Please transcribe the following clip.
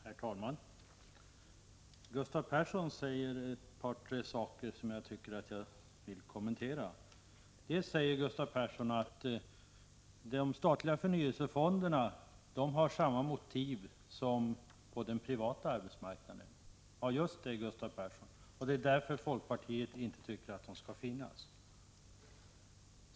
Herr talman! Jag vill kommentera ett par tre av de synpunkter som Gustav Persson framförde. Gustav Persson sade att motiven för de statliga förnyelsefonderna är desamma som motiven för förnyelsefonderna på den privata arbetsmarknaden. Ja, just det, Gustav Persson! Det är därför folkpartiet inte tycker att de skall finnas.